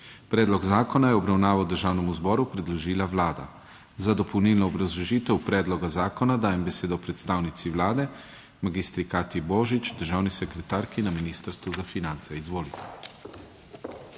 Predlog zakona je v obravnavo Državnemu zboru predložila Vlada. Za dopolnilno obrazložitev predloga zakona dajem besedo predstavnici Vlade magistri Katji Božič, državni sekretarki na Ministrstvu za finance. Izvolite.